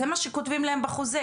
זה מה שכותבים להם בחוזה.